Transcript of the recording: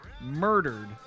murdered